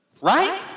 right